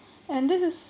and this is